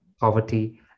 poverty